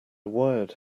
wired